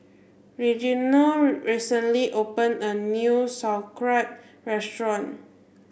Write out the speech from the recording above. Reginald recently opened a new Sauerkraut restaurant